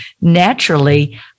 naturally